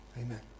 Amen